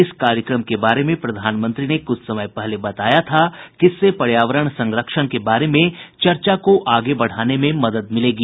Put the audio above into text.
इस कार्यक्रम के बारे में प्रधानमंत्री ने कुछ समय पहले बताया था कि इससे पर्यावरण संरक्षण के बारे में चर्चा को आगे बढ़ाने में मदद मिलेगी